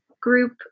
group